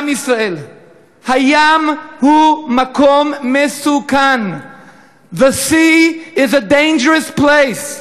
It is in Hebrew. עם ישראל: הים הוא מקום מסוכן.The sea is a dangerous place .